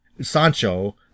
Sancho